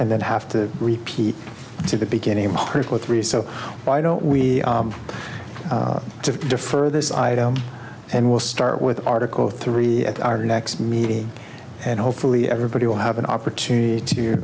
and then have to repeat to the beginning of critical three so why don't we defer this item and we'll start with article three at our next meeting and hopefully everybody will have an opportunity to